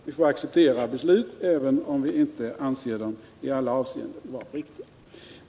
Vi får acceptera beslut även om vi inte anser dem i alla avseenden vara riktiga.